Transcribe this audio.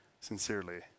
Sincerely